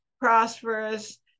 prosperous